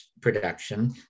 production